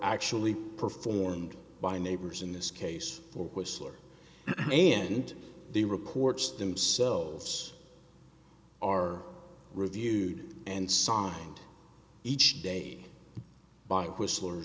actually performed by neighbors in this case or whistler and the reports themselves are reviewed and song each day by